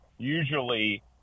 usually